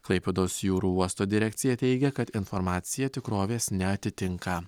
klaipėdos jūrų uosto direkcija teigia kad informacija tikrovės neatitinka